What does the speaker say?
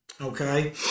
Okay